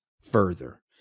further